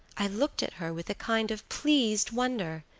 i looked at her with a kind of pleased wonder,